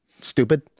stupid